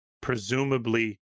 presumably